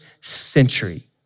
century